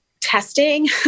testing